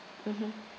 mmhmm